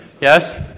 Yes